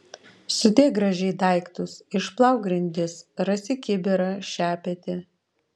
sudėk gražiai daiktus išplauk grindis rasi kibirą šepetį